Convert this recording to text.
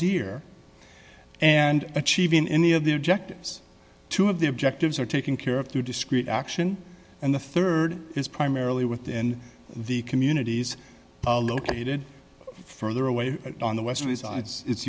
deer and achieving any of the objectives two of the objectives are taken care of through discreet action and the rd is primarily within the communities located further away on the west resides it's